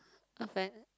a fan